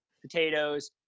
potatoes